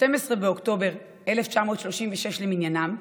ב-12 באוקטובר 1936 למניינם,